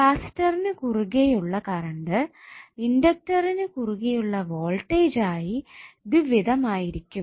കപ്പാസിറ്ററിനു കുറുകെ ഉള്ള കറണ്ട് ഇൻഡക്ടറിനു കുറുകെയുള്ള വോൾട്ടേജ് ആയി ദ്വിവിധമായിരിക്കും